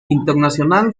internacional